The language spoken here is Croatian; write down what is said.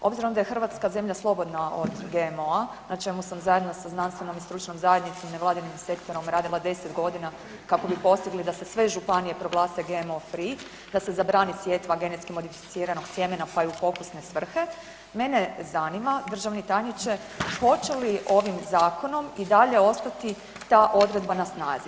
Obzirom da je Hrvatska zemlja slobodna od GMO-a na čemu sam zajedno sa znanstvenom i stručnom zajednicom, nevladinim sektorom radila 10 godina kako bi postigli da se sve županije proglase GMO free, da se zabrani sjetva genetski modificiranog sjemena pa i u pokusne svrhe, mene zanima državni tajniče hoće li ovim zakonom i dalje ostati ta odredba na snazi.